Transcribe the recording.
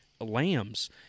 lambs